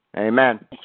Amen